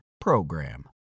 PROGRAM